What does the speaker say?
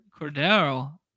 Cordero